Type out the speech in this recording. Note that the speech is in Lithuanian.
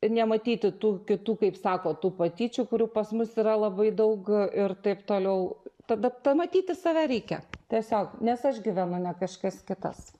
nematyti tų kitų kaip sako tų patyčių kurių pas mus yra labai daug ir taip toliau tada pamatyti save reikia tiesiog nes aš gyvenu ne kažkas kitas